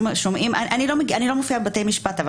אני לא מופיעה בבתי משפט אבל